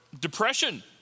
depression